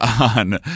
on